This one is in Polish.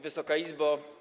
Wysoka Izbo!